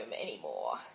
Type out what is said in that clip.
anymore